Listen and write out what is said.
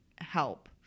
help